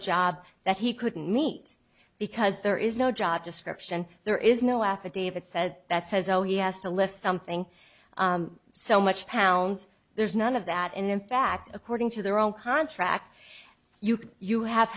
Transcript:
job that he couldn't meet because there is no job description there is no affidavit said that says oh he has to lift something so much pounds there's none of that in fact according to their own contract you could you have